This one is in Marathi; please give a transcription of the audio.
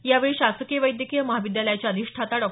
यावेळी शासकीय वैद्यकीय महाविद्यालयाच्या अधिष्ठाता डॉ